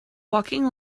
walking